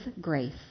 grace